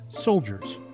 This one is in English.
soldiers